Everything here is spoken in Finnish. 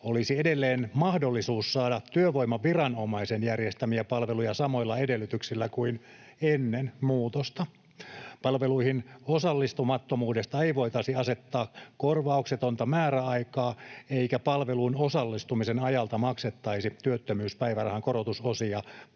olisi edelleen mahdollisuus saada työvoimaviranomaisen järjestämiä palveluja samoilla edellytyksillä kuin ennen muutosta. Palveluihin osallistumattomuudesta ei voitaisi asettaa korvauksetonta määräaikaa, eikä palveluun osallistumisen ajalta maksettaisi työttömyyspäivärahan korotusosia tai